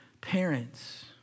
parents